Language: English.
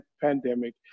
pandemic